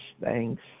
Thanks